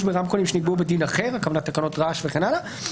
ברמקולים שנקבעו בדין אחר הכוונה לתקנות רעש וכן הלאה.